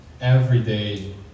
everyday